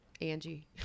Angie